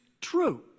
true